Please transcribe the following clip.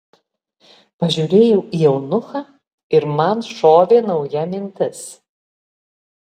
pažiūrėjau į eunuchą ir man šovė nauja mintis